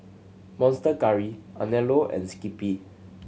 Monster Curry Anello and Skippy